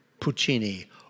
Puccini